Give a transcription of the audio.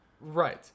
Right